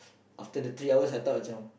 after the three hours I thought what's wrong